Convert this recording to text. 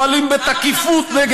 ואנחנו פועלים בתקיפות, למה עכשיו נזכרתם?